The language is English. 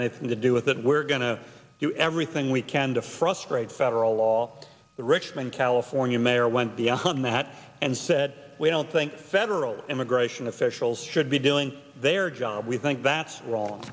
anything to do with it we're going to do everything we can to frustrate federal law the richmond california mayor went beyond that and said we don't think federal immigration officials should be doing their job we think that's wrong